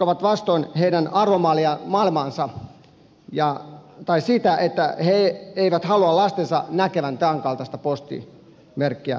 ovat vastoin heidän arvomaailmaansa eivätkä he halua lastensa näkevän tämänkaltaista postimerkkiä kirjeissään